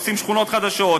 ועושים שכונות חדשות,